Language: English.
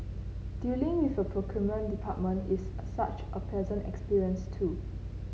dealing with your procurement department is such a pleasant experience too